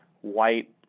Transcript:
white